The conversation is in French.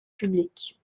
publique